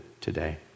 today